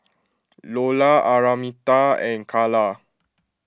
Lola Araminta and Karla